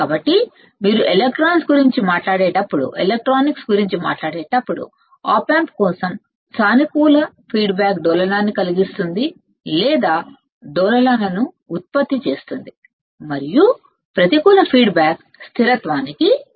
కాబట్టి మీరు ఎలక్ట్రానిక్స్ గురించి మాట్లాడేటప్పుడు ఆప్ ఆంప్ కోసం సానుకూల ఫీడ్బ్యాక్ డోలనాన్ని కలిగిస్తుంది లేదా డోలనాలను ఉత్పత్తి చేస్తుంది మరియు ప్రతికూల ఫీడ్బ్యాక్ స్థిరత్వానికి దారితీస్తుంది